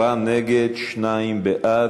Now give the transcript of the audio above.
עשרה נגד, שניים בעד,